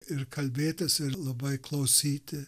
ir kalbėtis ir labai klausyti